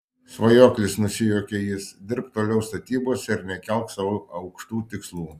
svajoklis nusijuokia jis dirbk toliau statybose ir nekelk sau aukštų tikslų